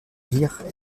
vire